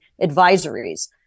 advisories